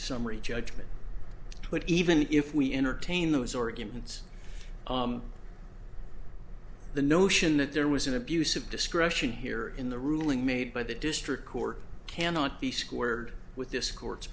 summary judgment but even if we entertain those organs the notion that there was an abuse of discretion here in the ruling made by the district court cannot be squared with this court